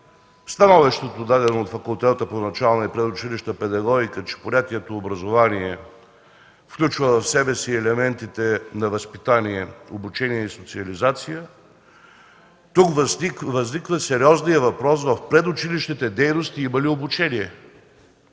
становището, дадено от Факултета по начална и предучилищна педагогика, че понятието „образование” включва в себе си елементите на възпитание, обучение и социализация, тук възниква сериозният въпрос има ли обучение